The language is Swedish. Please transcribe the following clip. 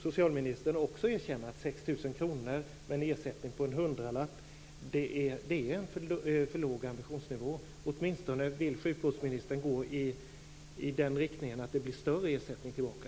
kr med en ersättning på en hundralapp är en för låg ambitionsnivå? Vill hon åtminstone gå i den riktningen att det blir större ersättning tillbaka?